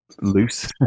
loose